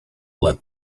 let